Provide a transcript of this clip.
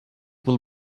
will